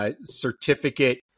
certificate